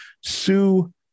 Sue